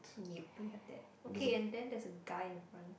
yup you have that okay and then there is a guy in front